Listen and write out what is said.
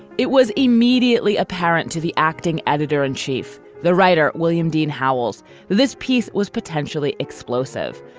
it was immediately apparent to the acting editor in chief, the writer william dean howells this piece was potentially explosive.